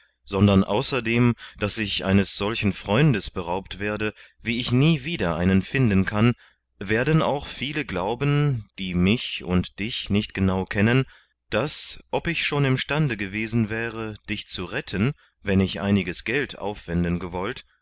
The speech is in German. sondern außerdem daß ich eines solchen freundes beraubt weide wie ich nie wieder einen finden kann werden auch viele glauben die mich und dich nicht genau kennen daß ob ich schon imstande gewesen wäre dich zu retten wenn ich einiges geld aufwenden gewollt